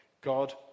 God